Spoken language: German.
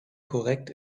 korrekt